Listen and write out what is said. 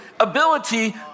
ability